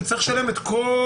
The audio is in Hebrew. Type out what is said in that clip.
הוא יצטרך לשלם את כל ההיסטוריה.